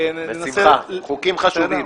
בשמחה, חוקים חשובים.